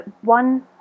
one